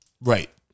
Right